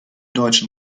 deutsche